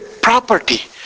property